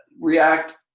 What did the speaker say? React